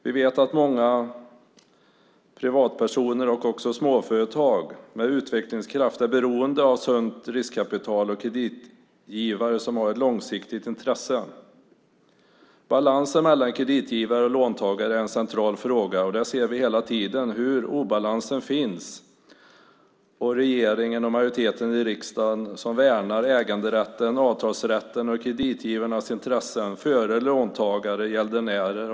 Vi vet att många privatpersoner och också småföretag med utvecklingskraft är beroende av sunt riskkapital och av kreditgivare som har långsiktiga intressen. Balansen mellan kreditgivare och låntagare är en central fråga. Där ser vi hela tiden en obalans och att regeringen och majoriteten i riksdagen värnar äganderätten, avtalsrätten och kreditgivarnas intressen framför låntagare och gäldenärer.